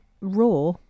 raw